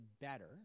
better